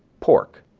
pork.